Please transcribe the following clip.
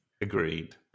agreed